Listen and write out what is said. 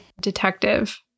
detective